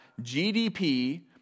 GDP